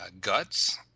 Guts